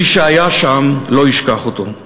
מי שהיה שם לא ישכח אותו.